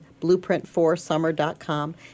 blueprintforsummer.com